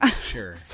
Sure